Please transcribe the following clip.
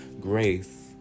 grace